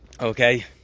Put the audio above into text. Okay